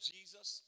Jesus